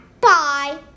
Bye